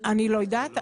ט’: אני לא יודעת.